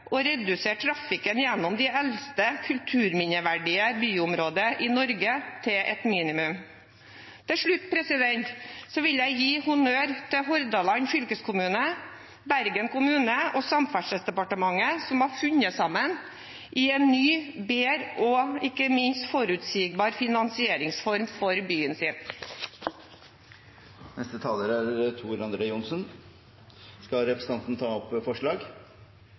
og redusere trafikken gjennom det eldste kulturminneverdige byområdet i Norge til et minimum. Til slutt vil jeg gi honnør til Hordaland fylkeskommune, Bergen kommune og Samferdselsdepartementet, som har funnet sammen i en ny, bedre og ikke minst forutsigbar finansieringsform for byen sin. Skal representanten Leirtrø ta opp forslag? – Det skal hun. Da har representanten Kirsti Leirtrø tatt opp